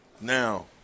Now